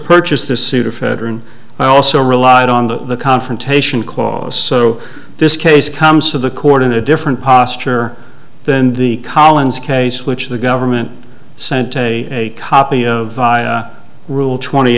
purchase the sudafed and i also relied on the confrontation clause so this case comes to the court in a different posture than the collins case which the government sent a copy of rule twenty